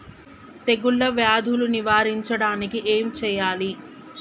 తెగుళ్ళ వ్యాధులు నివారించడానికి ఏం చేయాలి?